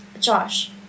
Josh